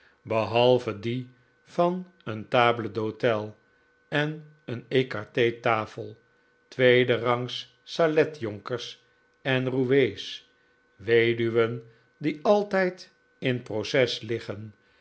behalve die van een table d'hote en een ecarfe tafel tweede rangs saletjonkers en roues weduwen die altijd in proces liggen